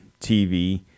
TV